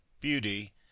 beauty